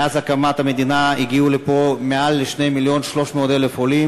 מאז הקמת המדינה הגיעו לפה מעל 2.3 מיליון עולים,